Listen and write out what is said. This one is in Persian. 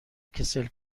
کسل